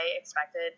expected